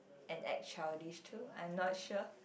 and act childish too I'm not sure